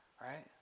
right